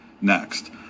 next